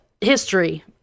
history